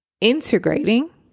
integrating